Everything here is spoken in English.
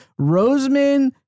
Roseman